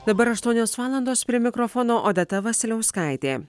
dabar aštuonios valandos prie mikrofono odeta vasiliauskaitė